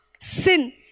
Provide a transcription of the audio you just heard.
Sin